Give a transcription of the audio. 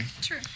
True